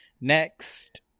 Next